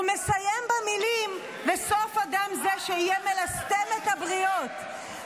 הוא מסיים במילים: "וסוף אדם זה שיהא מלסטם את הבריות".